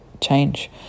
change